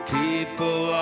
people